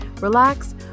relax